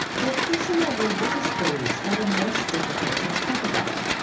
their personal religious beliefs were the most difficult to talk about.